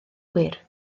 gwir